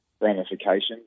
ramifications